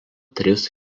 tris